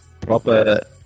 proper